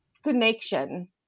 connection